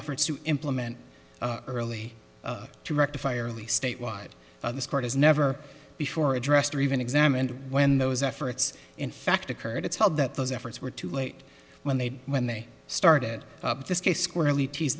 efforts to implement early to rectify early statewide this court has never before addressed or even examined when those efforts in fact occurred it's held that those efforts were too late when they when they started this case squarely tees